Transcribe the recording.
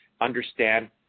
understand